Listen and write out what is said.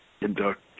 induct